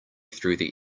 through